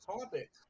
topic